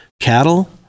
cattle